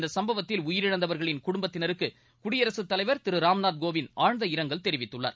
இந்த சம்பவத்தில் உயிரிழந்தவர்களின் குடும்பத்தினருக்கு குடியரசுத் தலைவர் திரு ராம்நாத் கோவிந்த் ஆழ்ந்த இரங்கல் தெரிவித்துள்ளார்